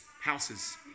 houses